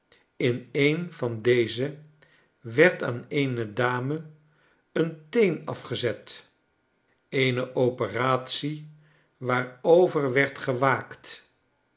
in een van deze werd aan eene dame een teen afgezet eene operatie waarover werd gewaakt